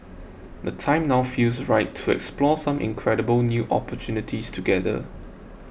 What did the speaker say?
the time now feels right to explore some incredible new opportunities together